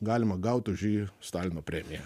galima gaut už jį stalino premiją